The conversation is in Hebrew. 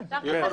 כן.